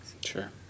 Sure